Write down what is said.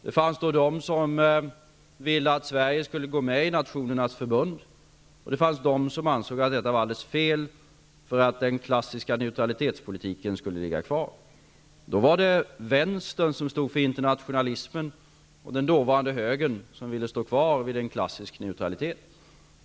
Det fanns då de som ville att Sverige skulle gå med i Nationernas förbund, och det fanns de som ansåg att detta var alldeles fel och att den klassiska neutralitetspolitiken skulle ligga kvar. Då var det vänstern som stod för internationalismen och den dåvarande högern som ville stå kvar vid en klassisk neutralitet.